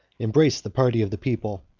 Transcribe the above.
embraced the party of the people.